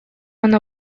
она